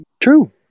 true